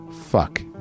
fuck